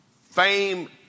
Fame